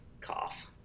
cough